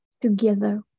Together